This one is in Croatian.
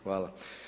Hvala.